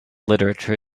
literature